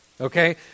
okay